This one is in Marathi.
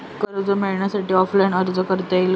कर्ज मिळण्यासाठी ऑफलाईन अर्ज करता येईल का?